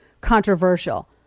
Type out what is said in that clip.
controversial